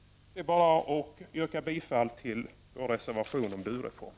Det är bara att yrka bifall till vår reservation om du-reform.